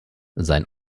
sein